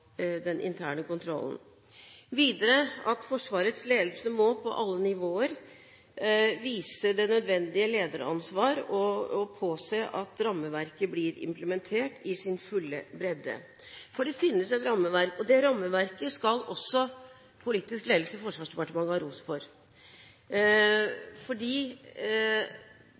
den interne kontrollen. Videre må Forsvarets ledelse på alle nivåer vise det nødvendige lederansvar og påse at rammeverket blir implementert i sin fulle bredde, for det finnes et rammeverk, og det rammeverket skal også politisk ledelse i Forsvarsdepartementet ha ros for.